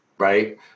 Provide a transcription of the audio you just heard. right